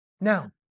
Now